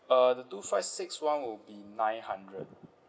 uh the two five six [one] would be nine hundred